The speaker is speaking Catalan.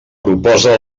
proposa